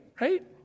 right